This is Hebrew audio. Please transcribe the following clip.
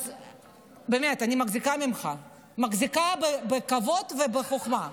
באמת, אני מחזיקה ממך, מחזיקה בכבוד ובחוכמה.